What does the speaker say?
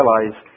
realize